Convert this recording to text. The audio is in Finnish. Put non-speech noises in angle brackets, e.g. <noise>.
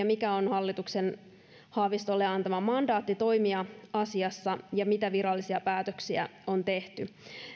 <unintelligible> mikä on hallituksen haavistolle antama mandaatti toimia asiassa ja mitä virallisia päätöksiä on tehty